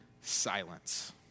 silence